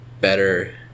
better